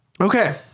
Okay